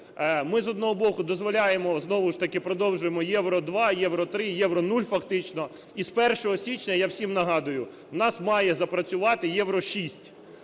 Ми, з одного боку, дозволяємо, знову ж таки продовжуємо Євро-2, Євро-3, Євро-0 фактично. І з 1 січня, я всім нагадую, у нас має запрацювати Євро –